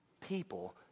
people